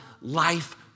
life